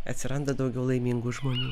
atsiranda daugiau laimingų žmonių